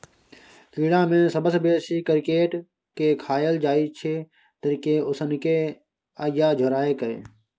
कीड़ा मे सबसँ बेसी क्रिकेट केँ खाएल जाइ छै तरिकेँ, उसनि केँ या झोराए कय